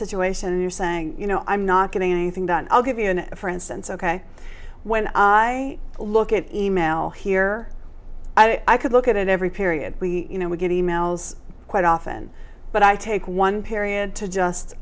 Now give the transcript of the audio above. situation you're saying you know i'm not getting anything done i'll give you an a for instance ok when i look at e mail here i could look at it every period we you know we get e mails quite often but i take one period to just